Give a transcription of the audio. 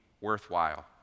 worthwhile